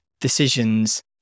decisions